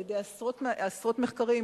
על-ידי עשרות מחקרים,